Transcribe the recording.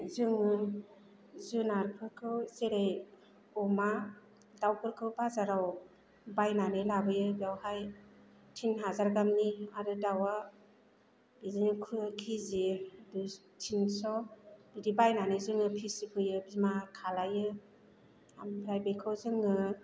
जोङो जुनारफोरखौ जेरै अमा दावफोरखौ बाजाराव बायनानै लाबोयो बेवहाय थिन हाजार गाहामनि आरो दावआ बिदिनो किजि थिनस' बिदि बायनानै जोङो फिसि फैयो बिमा खालामो ओमफ्राय बेखौ जोङो